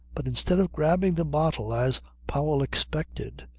but instead of grabbing the bottle as powell expected,